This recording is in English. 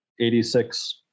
86